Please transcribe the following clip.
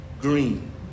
green